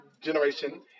generation